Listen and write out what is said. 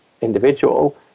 individual